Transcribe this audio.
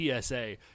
psa